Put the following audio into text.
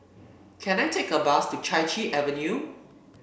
can I take a bus to Chai Chee Avenue